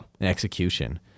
Execution